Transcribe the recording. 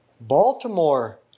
Baltimore